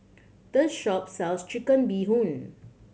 this shop sells Chicken Bee Hoon